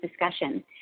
discussion